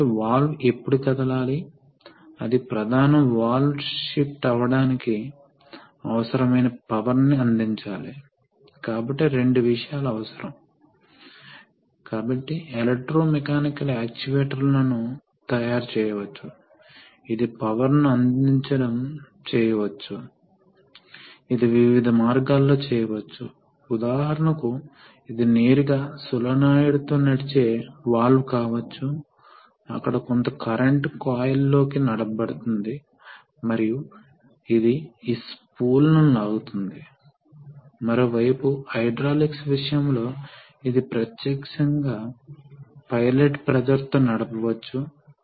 సరే retraction stroke చివరిలో చాలా ఆసక్తికరమైన విషయం జరుగుతుంది ఇది ఈ సర్క్యూట్ యొక్క ప్రత్యేకత కాబట్టి రెట్రాక్షన్ స్ట్రోక్ చివరిలో వచ్చినప్పుడు ఈ రాడ్ ఇది కామ్ ను నెట్టే విధంగా రూపొందించబడింది కాబట్టి ఇది కామ్ను నెట్టివేసినప్పుడు ఈ వాల్వ్ ఇప్పుడు మనం చెప్పినట్లుగా టాప్ పొజిషన్లో కలుపుతుంది కాబట్టి టాప్ పొజిషన్లో ఏమి జరుగుతుందిఇది పంప్ మరియు ఇది ట్యాంక్ కాబట్టి ఈ పాయింట్ ట్యాంక్ ప్రెషర్ కి చాలా దగ్గరగా ఉందని మీరు చూస్తారు